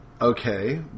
Okay